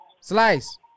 Slice